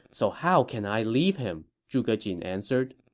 so how can i leave him! zhuge jin answered